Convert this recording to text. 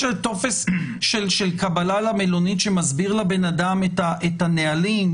יש טופס של קבלה למלונית שמסביר לבן אדם את הנהלים,